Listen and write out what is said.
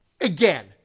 Again